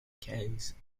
case